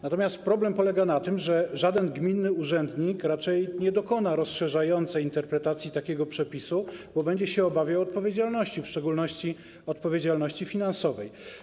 Natomiast problem polega na tym, że żaden gminny urzędnik raczej nie dokona rozszerzającej interpretacji takiego przepisu, bo będzie się obawiał odpowiedzialności, w szczególności odpowiedzialności finansowej.